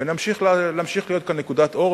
ונמשיך להיות כאן נקודת אור.